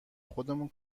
خودمون